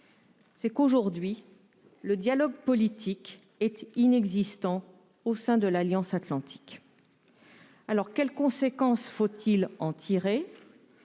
mois : aujourd'hui, le dialogue politique est inexistant au sein de l'Alliance atlantique. Alors, quelles conséquences faut-il en tirer ?